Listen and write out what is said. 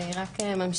שהיא רק ממשיכה,